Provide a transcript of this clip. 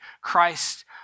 Christ